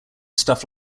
stuff